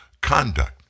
conduct